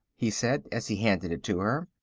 he said, as he handed it to her.